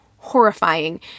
horrifying